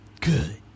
good